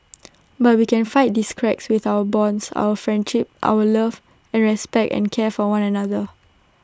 but we can fight these cracks with our bonds our friendships our love and respect and care for one another